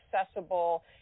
accessible